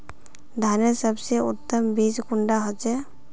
धानेर सबसे उत्तम बीज कुंडा होचए?